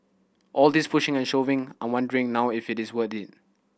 all this pushing and shoving I'm wondering now if it is worth it